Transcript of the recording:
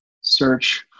search